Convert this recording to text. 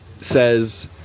says